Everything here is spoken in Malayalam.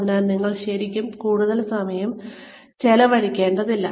അതിനാൽ നിങ്ങൾ ശരിക്കും കൂടുതൽ സമയം ചെലവഴിക്കേണ്ടതില്ല